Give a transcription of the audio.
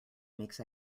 makes